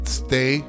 stay